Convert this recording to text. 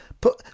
Put